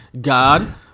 God